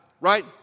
Right